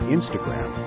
Instagram